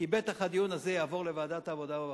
כי בטח הדיון הזה יעבור לוועדת העבודה והרווחה.